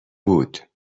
بود